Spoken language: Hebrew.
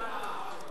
לא צריך, מוותרים.